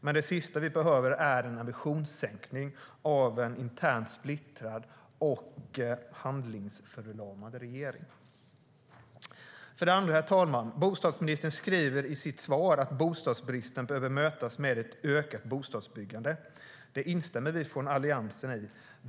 Men det sista vi behöver är en ambitionssänkning av en internt splittrad och handlingsförlamad regering. För det andra, herr talman, säger bostadsministern i sitt svar att bostadsbristen behöver mötas med ett ökat bostadsbyggande. Det instämmer vi från Alliansen i.